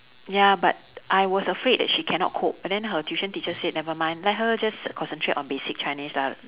ya but I was afraid that she cannot cope and then her tuition teacher said never mind let her just concentrate on basic chinese lah